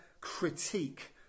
critique